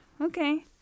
okay